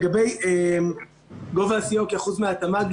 לגבי גובה הסיוע כאחוז מהתמ"ג,